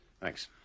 Thanks